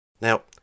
Now